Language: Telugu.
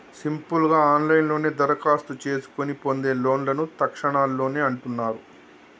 సింపుల్ గా ఆన్లైన్లోనే దరఖాస్తు చేసుకొని పొందే లోన్లను తక్షణలోన్లు అంటున్నరు